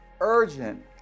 urgent